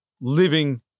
living